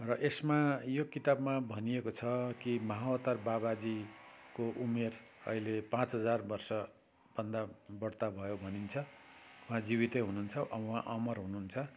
र यसमा यो किताबमा भनिएको छ कि महाअवतार बाबाजीको उमेर अहिले पाँच हजार वर्षभन्दा बढ्ता भयो भनिन्छ उहाँ जीवितै हुनुहुन्छ उहाँ अमर हुनुहुन्छ